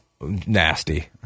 nasty